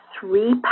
three